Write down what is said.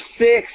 six